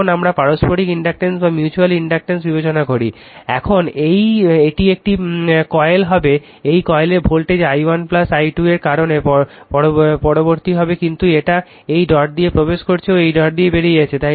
এখন আমরা পারস্পরিক ইন্ডাকট্যান্স বিবেচনা করি এখন এটি এই কয়েল হবে এই কয়েলের ভোল্টেজ i1 i2 এর কারণে প্রবর্তিত হবে কিন্তু এটা এই ডট দিয়ে প্রবেশ করছে ও এই ডট দিয়ে বেরিয়ে যাচ্ছে